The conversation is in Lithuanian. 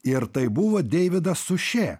ir tai buvo deividas sušė